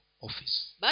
office